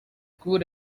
good